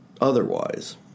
Otherwise